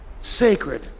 Sacred